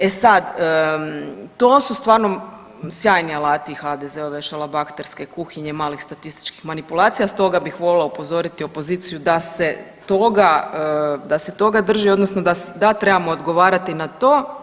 E sad, to su stvarno sjajni alati HDZ-ove šalabahterske kuhinje malih statističkih manipulacija stoga bih volila upozoriti opoziciju da se toga, da se toga drži odnosno da trebamo odgovarati na to.